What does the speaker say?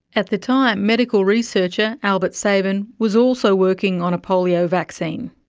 at the time, medical researcher albert sabin was also working on a polio vaccine.